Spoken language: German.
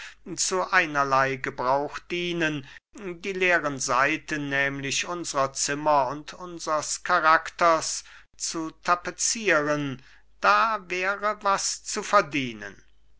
zu einerlei gebrauch dienen die leeren seiten nämlich unsrer zimmer und unsers charakters zu tapezieren da wäre was zu verdienen